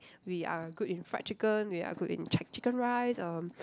we are good in fried chicken we are good in ch~ chicken rice um